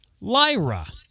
Lyra